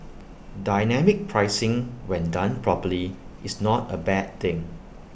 dynamic pricing when done properly is not A bad thing